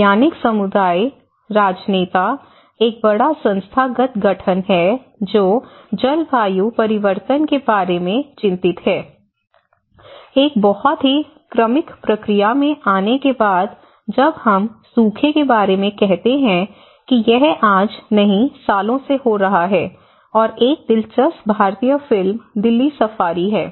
वैज्ञानिक समुदाय राजनेता एक बड़ा संस्थागत गठन है जो जलवायु परिवर्तन के बारे में चिंतित है एक बहुत ही क्रमिक प्रक्रिया में आने के बाद जब हम सूखे के बारे में कहते हैं कि यह आज नहीं सालों से हो रहा है और एक दिलचस्प भारतीय फिल्म दिल्ली सफारी है